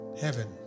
heaven